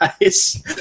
guys